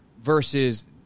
Versus